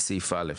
בסעיף (א),